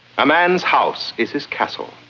a man's house is his castle.